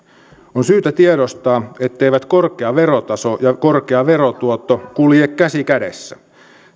on syytä tiedostaa etteivät korkea verotaso ja korkea verotuotto kulje käsi kädessä